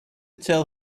tell